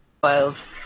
Files